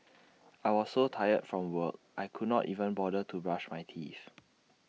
I was so tired from work I could not even bother to brush my teeth